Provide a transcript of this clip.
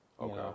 Okay